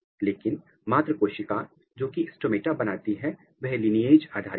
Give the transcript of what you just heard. लेकिन मात्र कोशिका जोकि स्टोमेटा बनाती है वह लीनिएज आधारित है